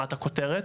ברמת הכותרת,